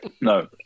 No